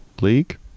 League